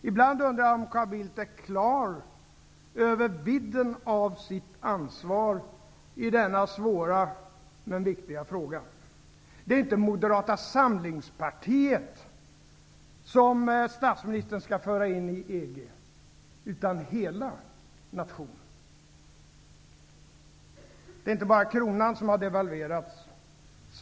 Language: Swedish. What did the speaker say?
Ibland undrar jag om Carl Bildt är klar över vidden av sitt ansvar i denna svåra men viktiga fråga. Det är ju inte Moderata samlingspartiet som statsministern skall föra in i EG utan hela nationen. Det är inte bara kronan som har devalverats.